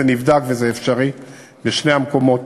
זה נבדק וזה אפשרי בשני המקומות,